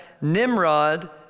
Nimrod